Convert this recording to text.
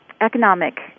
economic